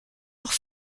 heure